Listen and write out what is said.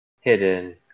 hidden